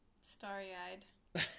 Starry-eyed